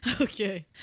Okay